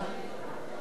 תודה רבה.